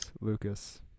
Lucas